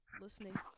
listening